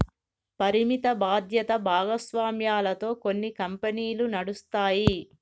పరిమిత బాధ్యత భాగస్వామ్యాలతో కొన్ని కంపెనీలు నడుస్తాయి